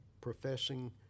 professing